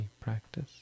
practice